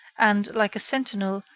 and, like a sentinel,